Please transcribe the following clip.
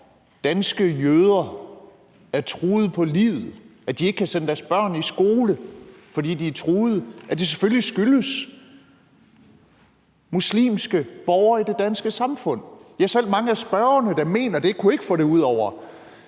når danske jøder er truet på livet og ikke kan sende deres børn i skole, fordi de er truet, så skyldes det selvfølgelig muslimske borgere i det danske samfund. Selv mange af spørgerne, der mener det, kunne ikke få de ord